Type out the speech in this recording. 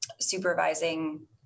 supervising